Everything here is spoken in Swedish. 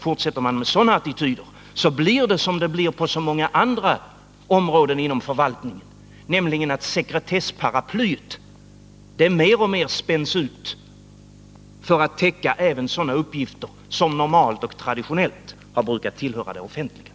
Fortsätter man med sådana attityder, så blir det som det blir på så många andra områden inom förvaltningen, nämligen att sekretessparaplyet mer och mer spänns ut för att täcka även sådana uppgifter som normalt och traditionellt har brukat tillhöra det offentliga.